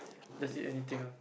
just eat anything ah